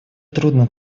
трудный